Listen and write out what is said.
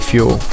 Fuel